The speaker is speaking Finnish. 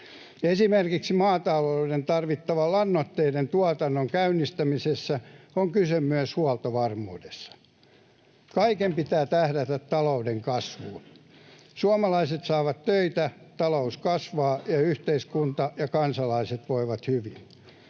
Esimerkiksi maataloudessa tarvittavien lannoitteiden tuotannon käynnistämisessä on kyse myös huoltovarmuudesta. Kaiken pitää tähdätä talouden kasvuun: Suomalaiset saavat töitä, talous kasvaa ja yhteiskunta ja kansalaiset voivat hyvin.